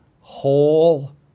whole